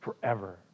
forever